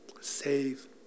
Save